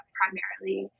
primarily